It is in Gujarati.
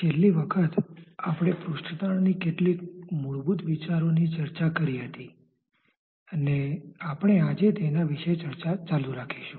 છેલ્લી વખત આપણે પૃષ્ઠતાણ ની કેટલીક મૂળભૂત વિચારોની ચર્ચા કરી હતી અને આપણે આજે તેના વિશે ચર્ચા ચાલુ રાખીશું